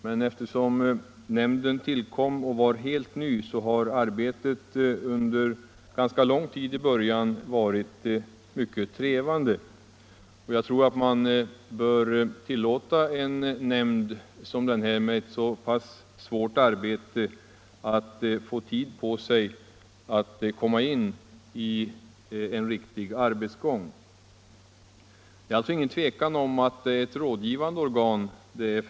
Men eftersom nämndens uppgift var helt ny när dess arbete började, har detta under en ganska lång inledande period varit mycket trevande. Jag tror att man bör ge en nämnd som denna, med en så pass svår uppgift, tid på sig att komma in i en riktig arbetsgång. Det är fråga om ett rådgivande organ.